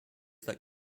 that